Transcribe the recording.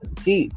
see